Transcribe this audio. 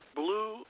blue